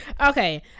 okay